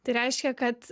tai reiškia kad